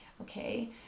okay